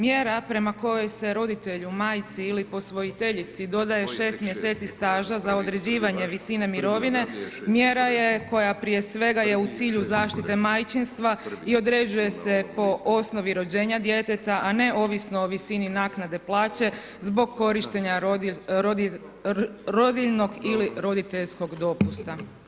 Mjera prema kojoj se roditelju, majci ili posvojiteljici dodaje 6 mj. staža za određivanje visine mirovine, mjera je koja prije svega je u cilju zaštite majčinstva i određuje se po osnovi rođenja djeteta a ne ovisno o visini naknade plaće zbog korištenja rodiljnog ili roditeljskog dopusta.